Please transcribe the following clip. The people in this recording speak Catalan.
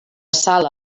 sala